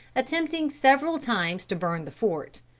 attempting several times to burn the fort.